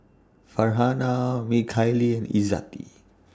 Farhanah Mikhail Izzati